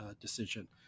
decision